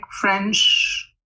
French